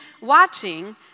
watching